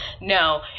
No